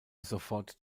sofort